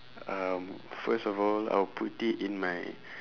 um first of all I'll put it in my